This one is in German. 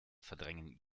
verdrängen